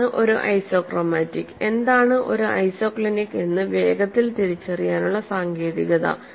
ഇതാണ് ഒരു ഐസോക്രോമാറ്റിക് എന്താണ് ഒരു ഐസോക്ലിനിക് എന്ന് വേഗത്തിൽ തിരിച്ചറിയാനുള്ള സാങ്കേതികത